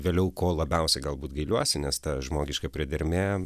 vėliau ko labiausiai galbūt gailiuosi nes ta žmogiška priedermė